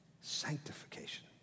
sanctification